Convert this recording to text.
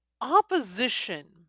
opposition